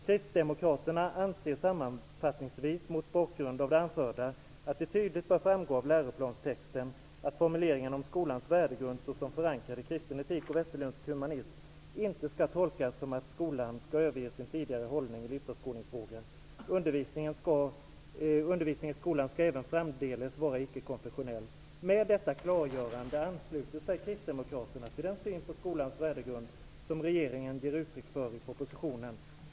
Kristdemokraterna anser sammanfattningsvis mot bakgrund av det anförda att det tydligt bör framgå av läroplanstexten att formuleringen om skolans värdegrund såsom förankrad i kristen etik och västerländsk humanism inte skall tolkas som att skolan skall överge sin tidigare hållning i livsåskådningsfrågor. Undervisningen i skolan skall även framdeles vara icke-konfessionell. Med detta klargörande ansluter sig Kristdemokraterna till den syn på skolans värdegrund som regeringen ger uttryck för i propositionen.